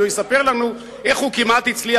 הוא יספר לנו איך הוא כמעט הצליח,